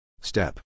Step